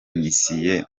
mbiziho